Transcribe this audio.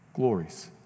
glories